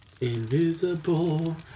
Invisible